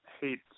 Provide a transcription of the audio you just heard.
hate